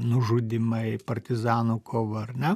nužudymai partizanų kova ar ne